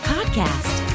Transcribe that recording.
Podcast